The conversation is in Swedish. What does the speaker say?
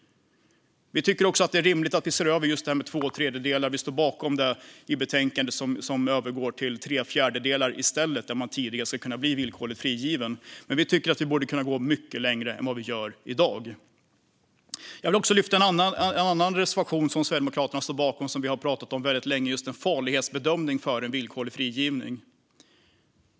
Vi tycker också att det är rimligt att vi ser över den villkorliga frigivningen efter två tredjedelar av strafftiden och står bakom att det ska övergå till tre fjärdedelar av strafftiden i stället. Vi tycker dock att man borde kunna gå mycket längre än vad vi gör i dag. Jag vill också lyfta fram en annan reservation som Sverigedemokraterna står bakom och som vi har pratat om väldigt länge, och det är just en farlighetsbedömning före villkorlig frigivning.